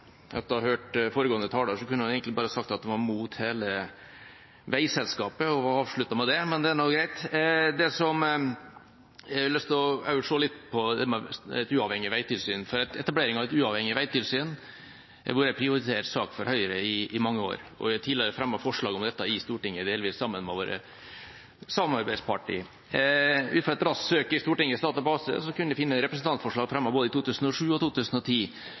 med det, men det får være greit. Jeg har lyst å si litt om dette med et uavhengig veitilsyn. Etableringen av et uavhengig veitilsyn har vært en prioritert sak for Høyre i mange år, og vi har tidligere fremmet forslag om dette i Stortinget, delvis sammen med våre samarbeidspartier. Ut fra et raskt søk i Stortingets database kunne jeg finne representantforslag som har vært fremmet i både 2007 og 2010,